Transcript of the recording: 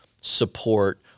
support